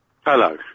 Hello